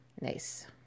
Nice